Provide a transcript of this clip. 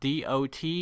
dot